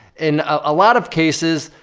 in a lot of cases,